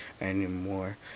anymore